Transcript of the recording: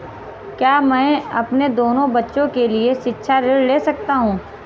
क्या मैं अपने दोनों बच्चों के लिए शिक्षा ऋण ले सकता हूँ?